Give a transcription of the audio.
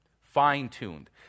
Fine-tuned